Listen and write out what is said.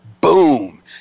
boom